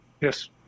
Yes